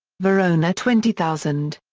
verona twenty thousand.